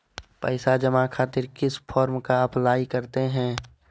पैसा जमा खातिर किस फॉर्म का अप्लाई करते हैं?